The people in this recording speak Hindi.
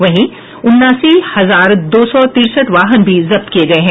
वहीं उनासी हजार दो सौ तिरसठ वाहन भी जब्त किये गये हैं